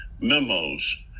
memos